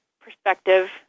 perspective